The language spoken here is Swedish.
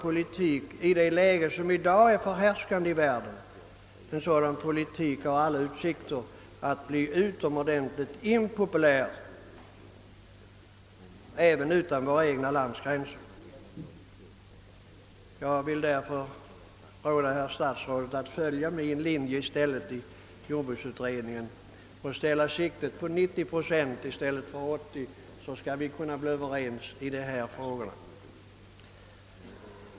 I det läge som i dag är förhärskande i världen tror jag en sådan politik har alla utsikter att bli utomordentligt impopulär även utanför vårt eget lands gränser. Jag vill därför råda herr statsrådet att i stället följa den linje jag förordade i jordbruksutredningen och ställa in siktet på 90 procent i stället för på 80 procent, I så fall kan vi komma överens i dessa frågor.